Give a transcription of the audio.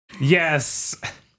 yes